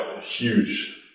Huge